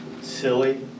silly